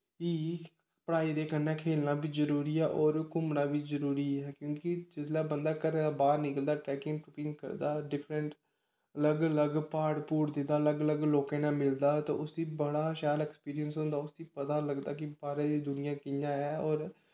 कि पढ़ाई दे कन्नै खेलना बी जरूरी ऐ होर घूमना बी जरूरी ऐ क्योंकि जिसलै बंदा घरै दा बाह्र निकलदा ट्रैकिंग ट्रूकिंग करदा डिफ्रेंट अलग अलग प्हाड़ प्हूड़ दिखदा अलग लोकें नै मिलदा ते उसी बड़ा शैल ऐक्सपिरिंस होंदा उसगी पता लगदा कि बाह्रा दी दुनियां कि'यां ऐ होर